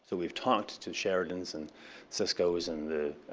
so we have talked to sheridans and ciscos, and